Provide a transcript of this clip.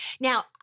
Now